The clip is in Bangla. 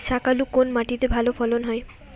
শাকালু কোন মাটিতে ভালো ফলন হয়?